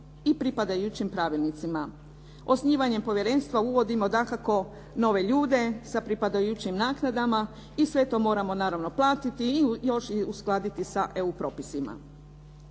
i pripadajućim pravilnicima. Osnivanjem povjerenstva uvodimo dakako nove ljude sa pripadajućim naknadama i sve to moramo naravno platiti i još uskladiti sa EU propisima.